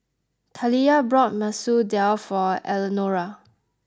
Taliyah bought Masoor Dal for Eleanora